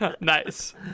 Nice